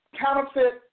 counterfeit